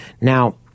Now